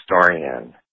Historian